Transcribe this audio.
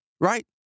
Right